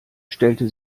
stellte